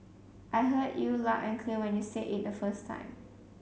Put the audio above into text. I heard you loud and clear when you said it the first time